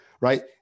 right